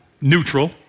neutral